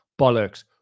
bollocks